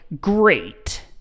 great